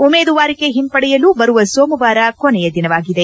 ಉಮೇದುವಾರಿಕೆ ಹಿಂಪಡೆಯಲು ಬರುವ ಸೋಮವಾರ ಕೊನೆಯ ದಿನವಾಗಿದೆ